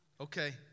Okay